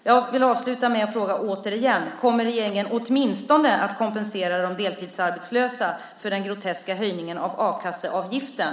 Jag vill avsluta med en fråga återigen: Kommer regeringen åtminstone att kompensera de deltidsarbetslösa för den groteska höjningen av a-kasseavgiften?